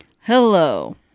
Hello